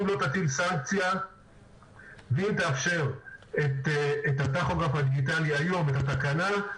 אם לא תטיל סנקציה ואם תאפשר את הטכוגרף הדיגיטלי היום ואת התקנה,